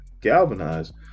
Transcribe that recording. galvanized